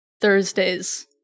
Thursday's